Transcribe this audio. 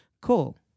cool